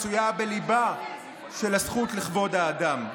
מצויה בליבה של הזכות לכבוד האדם.